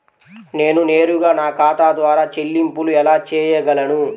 నేను నేరుగా నా ఖాతా ద్వారా చెల్లింపులు ఎలా చేయగలను?